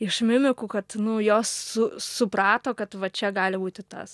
iš mimikų kad nu jos su suprato kad va čia gali būti tas